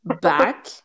back